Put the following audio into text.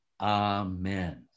Amen